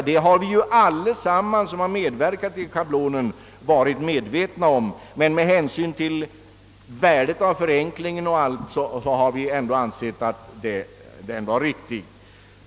Det har vi allesammans, som har medverkat vid schablonens tillkomst, varit medvetna om. Med tanke på värdet av förenklingen har vi ändå ansett att den är riktig.